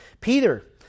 Peter